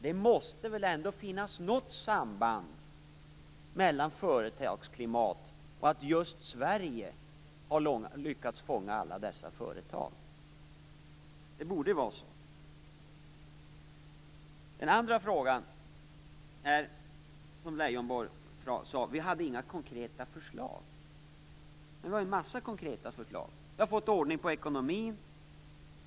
Det måste väl ändå finnas något samband mellan företagsklimat och att just Sverige har lyckats fånga alla dessa företag. Det borde vara så. Leijonborg sade att regeringen inte har några konkreta förslag. Men vi har massor av konkreta förslag. Vi har fått ordning på ekonomin.